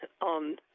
on